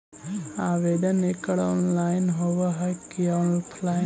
आवेदन एकड़ ऑनलाइन होव हइ की ऑफलाइन?